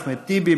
אחמד טיבי,